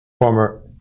former